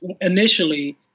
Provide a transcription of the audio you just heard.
initially